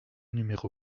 numéro